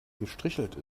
gestrichelt